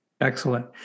Excellent